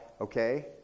Okay